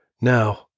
Now